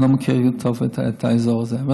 אני לא מכיר טוב את האזור הזה.